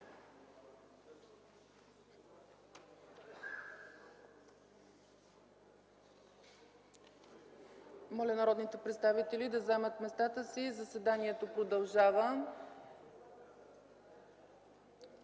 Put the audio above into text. Моля народните представители да заемат местата си – заседанието продължава.